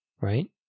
right